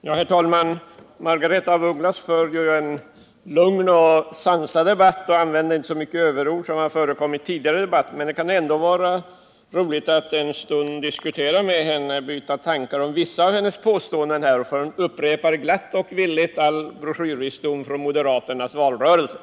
Herr talman! Margaretha af Ugglas för en lugn och sansad debatt och använder inte så många överord som en del andra talare tidigare i debatten. Men det kan ändå vara roligt att en stund diskutera med henne, att byta tankar om vissa av hennes påståenden. Hon upprepade glatt och villigt all broschyrvisdom från moderaternas valrörelse.